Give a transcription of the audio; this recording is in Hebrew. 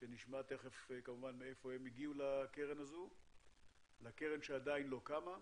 שנשמע מאיפה הם הגיעו לקרן שעדיין לא קמה.